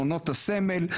מעונות הסמל,